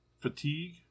Fatigue